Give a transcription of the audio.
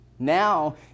Now